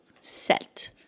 set